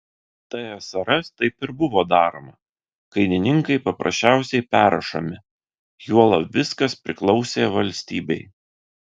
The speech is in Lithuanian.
tsrs taip ir buvo daroma kainininkai paprasčiausiai perrašomi juolab viskas priklausė valstybei